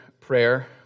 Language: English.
prayer